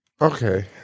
Okay